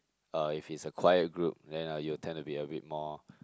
uh if it's a quiet group then are you tend to be a bit more